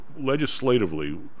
legislatively